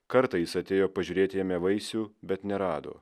kartą jis atėjo pažiūrėti jame vaisių bet nerado